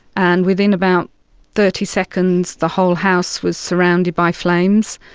and within about thirty seconds the whole house was surrounded by flames.